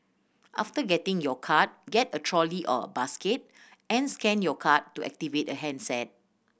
after getting your card get a trolley or basket and scan your card to activate a handset